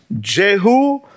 Jehu